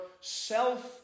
Self